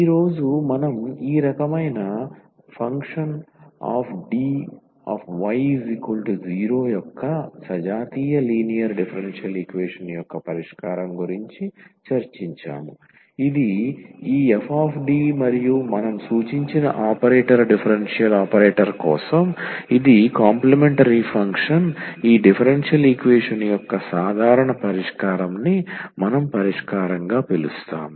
ఈ రోజు మనం ఈ రకమైన fDy0 యొక్క సజాతీయ లీనియర్ డిఫరెన్షియల్ ఈక్వేషన్ యొక్క పరిష్కారం గురించి చర్చించాము ఇది ఈ fD మరియు మనం సూచించిన ఆపరేటర్ డిఫరెన్షియల్ ఆపరేటర్ కోసం ఇది కాంప్లీమెంటరీ ఫంక్షన్ ఈ డిఫరెన్షియల్ ఈక్వేషన్ యొక్క సాధారణ పరిష్కారం ని మనం పరిష్కారంగా పిలుస్తాము